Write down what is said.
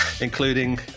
including